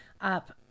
up